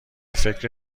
فکر